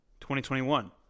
2021